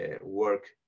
work